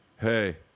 hey